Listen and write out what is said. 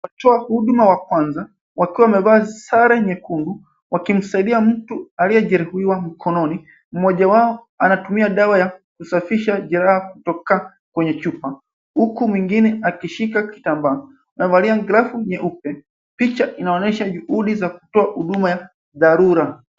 Watoa huduma ya kwanza wakiwa wamevaa sare nyekundu wakimsaidia mtu aliye jeruhiwa mkononi. Mmoja wao anatumia dawa ya kusafisha jeraha kutoka kwenye chupa huku mwingine akishika kitambaa na kuvalia glavu nyeupe. Picha inaonyesha juhudi za kutoa huduma ya dharura.